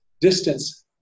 distance